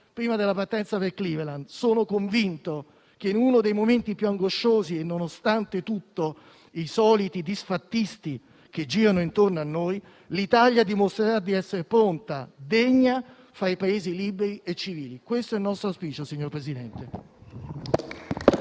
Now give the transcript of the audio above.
prima della partenza per Cleveland: sono convinto che, in uno dei momenti più angosciosi e nonostante tutti i soliti disfattisti che girano intorno a noi, l'Italia dimostrerà di essere pronta e degna fra i Paesi liberi e civili. Signor Presidente,